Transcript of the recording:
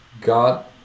God